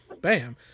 Bam